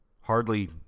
Hardly